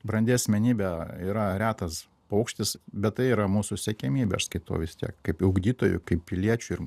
brandi asmenybė yra retas paukštis bet tai yra mūsų siekiamybė aš skaitau vis tiek kaip ugdytojų kaip piliečių ir